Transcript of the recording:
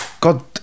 god